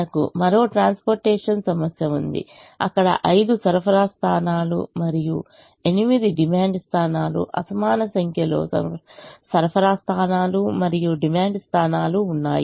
మనకు మరో ట్రాన్స్పోర్టేషన్ సమస్య ఉంది అక్కడ ఐదు సరఫరా స్థానాలు మరియు ఎనిమిది డిమాండ్ స్థానాలు అసమాన సంఖ్యలో సరఫరా స్థానాలు మరియు డిమాండ్ స్థానాలు ఉన్నాయి